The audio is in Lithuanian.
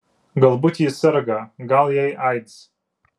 galbūt ji serga gal jai aids